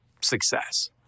success